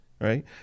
right